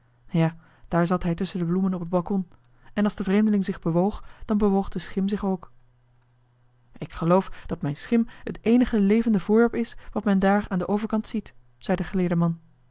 ja daar zat hij tusschen de bloemen op het balkon en als de vreemdeling zich bewoog dan bewoog de schim zich ook ik geloof dat mijn schim het eenige levende voorwerp is wat men daar aan den overkant ziet zei de geleerde man